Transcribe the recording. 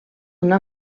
una